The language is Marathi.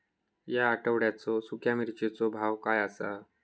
या आठवड्याचो सुख्या मिर्चीचो भाव काय आसा?